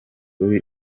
uri